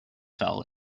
fell